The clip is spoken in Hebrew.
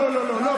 לא לא לא לא.